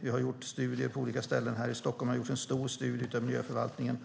Det har gjorts studier på olika ställen i landet och här i Stockholm har det gjorts en stor studie av miljöförvaltningen,